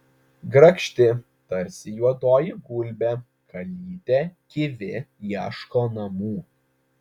grakšti tarsi juodoji gulbė kalytė kivi ieško namų